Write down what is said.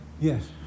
Yes